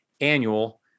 annual